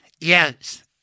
Yes